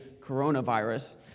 coronavirus